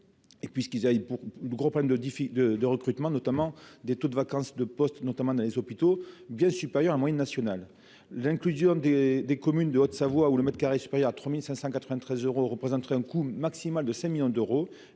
et puis ce qu'ils aillent pour le gros point de défi de de recrutement, notamment des taux de vacance de postes, notamment dans les hôpitaux, bien supérieur à moyenne nationale l'inclusion des des communes de Haute-Savoie où le mètre carré supérieur à 3593 euros représenterait un coût maximal de 5 millions d'euros